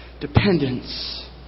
dependence